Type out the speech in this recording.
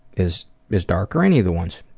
is is dark, or any of the ones.